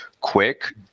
quick